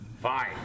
Fine